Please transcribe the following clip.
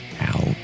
out